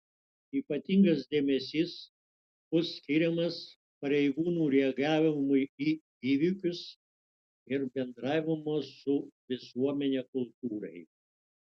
ypatingas dėmesys bus skiriamas pareigūnų reagavimui į įvykius ir bendravimo su visuomene kultūrai